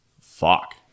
fuck